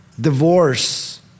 divorce